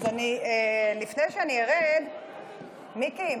אז לפני שאני ארד, מיקי,